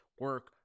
Work